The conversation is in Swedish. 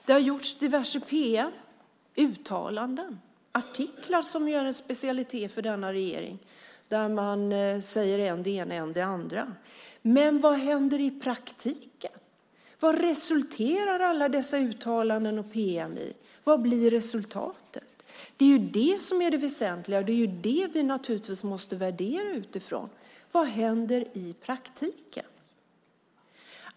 Det har gjorts diverse pm, uttalanden och artiklar, som ju är en specialitet för denna regering, där man säger än det ena och än det andra. Men vad händer i praktiken? Vad resulterar alla dessa uttalanden och pm i? Vad blir resultatet? Det är ju det som är det väsentliga. Det är ju det vi måste värdera utifrån. Vad händer i praktiken?